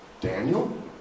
Daniel